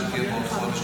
שתהיה בעוד חודש,